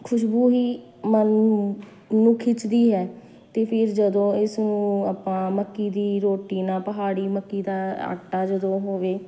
ਖੁਸ਼ਬੂ ਹੀ ਮਨ ਨੂੰ ਖਿੱਚਦੀ ਹੈ ਅਤੇ ਫਿਰ ਜਦੋਂ ਇਸਨੂੰ ਆਪਾਂ ਮੱਕੀ ਦੀ ਰੋਟੀ ਨਾਲ ਪਹਾੜੀ ਮੱਕੀ ਦਾ ਆਟਾ ਜਦੋਂ ਹੋਵੇ